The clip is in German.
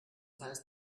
heißt